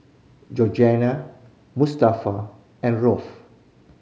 Georgine Mustafa and Rolf